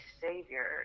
savior